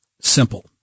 simple